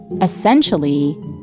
essentially